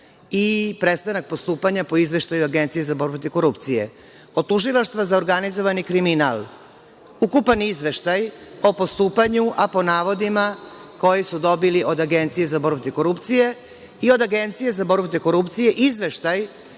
i prestanak postupanja po izveštaju Agencije za borbu protiv korupcije; od Tužilaštva za organizovani kriminal ukupan izveštaj o postupanju, a po navodima koje su dobili od Agencije za borbu protiv korupcije i od Agencije za borbu protiv korupcije izveštaj